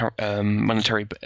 monetary